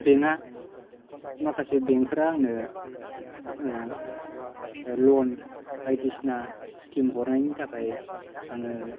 बेंकआ माखासे बेंकफोरा आंनो ओ लन बायदिसिना स्किम हरनायनि थाखाय आङो